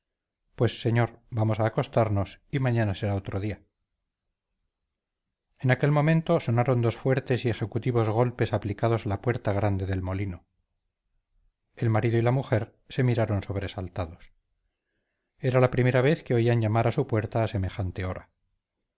pues señor vamos a acostarnos y mañana será otro día en aquel momento sonaron dos fuertes golpes aplicados a la puerta grande del molino el marido y la mujer se miraron sobresaltados era la primera vez que oían llamar a su puerta a semejante hora